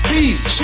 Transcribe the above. Peace